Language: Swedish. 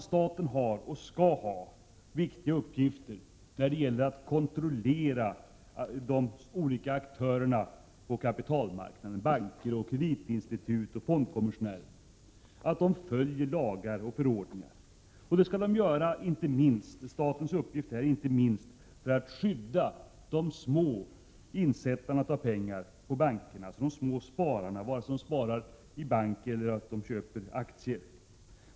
Staten har och skall ha viktiga uppgifter när det gäller att kontrollera de olika aktörerna på kapitalmarknaden — banker, kreditinstitut, fondkommissonärer — att de följer lagar och förordningar. Statens uppgift härvidlag är inte minst att skydda de små insättarna av pengar i bankerna, de små spararna vare sig de sparar i bank eller köper aktier.